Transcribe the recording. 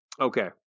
okay